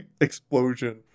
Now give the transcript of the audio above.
explosion